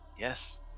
Yes